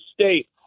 state